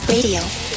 Radio